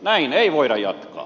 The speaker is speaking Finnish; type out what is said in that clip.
näin ei voida jatkaa